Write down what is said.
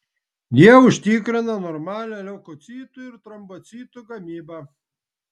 jie užtikrina normalią leukocitų ir trombocitų gamybą